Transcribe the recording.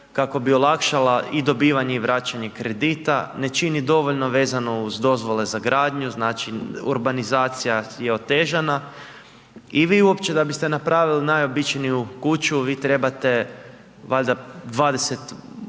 kako bi olakšala i dobivanje i vraćanje kredita, ne čini dovoljno vezano uz dozvole za gradnju, znači, urbanizacija je otežana i vi uopće da biste napravili najobičniju kuću vi trebate valjda 20